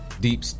deep